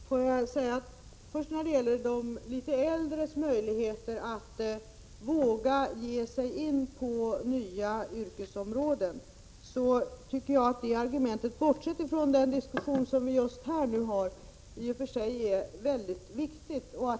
Herr talman! Beträffande de litet äldres möjligheter att våga ge sig in på nya yrkesområden vill jag först säga — om vi ett ögonblick bortser från den diskussion som vi just nu har — att det argumentet är mycket viktigt.